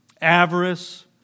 avarice